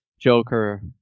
Joker